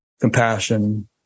compassion